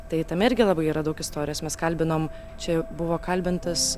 tai tame irgi labai yra daug istorijos mes kalbinom čia buvo kalbintas